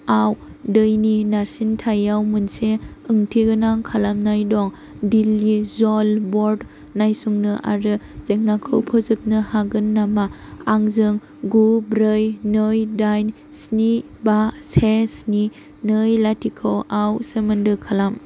आव दैनि नारसिनथायाव मोनसे ओंथि गोनां खालामनाय दं दिल्ली जल बर्ड नायसुंनो आरो जेंनाखौ फोजोबनो हागोन नामा आंजों गु ब्रै नै दाइन स्नि बा से स्नि नै लाथिख'आव सोमोन्दो खालाम